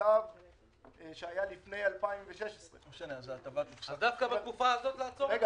למצב שהיה לפני 2016. אז דווקא בתקופה הזאת לעצור את זה?